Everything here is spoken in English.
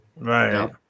right